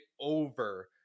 over